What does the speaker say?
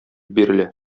бирелә